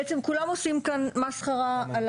בעצם כולם עושים כאן מסחרה על